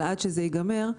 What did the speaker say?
אבל עד שזה ייגמר,